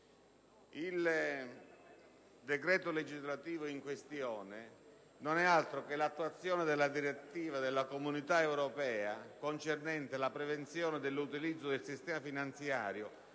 Il decreto legislativo in questione non è altro che l'attuazione della direttiva della Comunità europea concernente la prevenzione dell'utilizzo del sistema finanziario